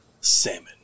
Salmon